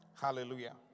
Hallelujah